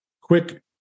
quick